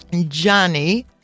Johnny